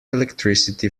electricity